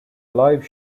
live